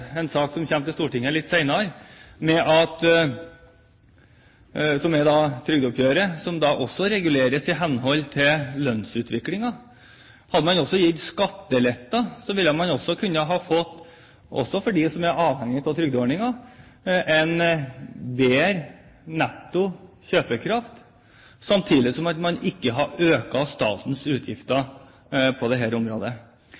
en sak som kommer til Stortinget litt senere – at trygdeoppgjøret også reguleres i henhold til lønnsutviklingen. Hadde man også gitt skatteletter, kunne man fått – også de som er avhengig av trygdeordninger – en bedre netto kjøpekraft samtidig som man ikke hadde økt statens